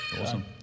Awesome